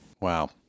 Wow